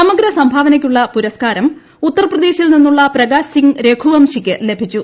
സമഗ്ര സംഭാവനയ്ക്കുള്ള പുരസ്കാരം ഉത്തർപ്രദേശിൽ നിന്നുള്ള പ്രകാശ് സിംഗ് രഘുവംശിക്ക് ലഭിച്ചു